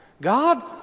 God